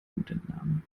blutentnahme